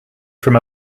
from